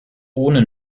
ohne